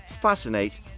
fascinate